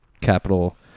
capital